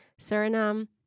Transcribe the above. Suriname